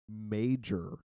major